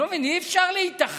אני לא מבין, אי-אפשר להתאחד